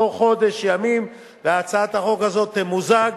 בתוך חודש ימים, והצעת החוק הזאת תמוזג.